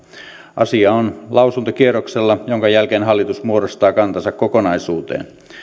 asia on lausuntokierroksella jonka jälkeen hallitus muodostaa kantansa kokonaisuuteen